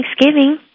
Thanksgiving